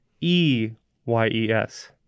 E-Y-E-S